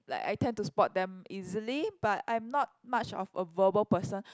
like I tend to spot them easily but I'm not much of a verbal person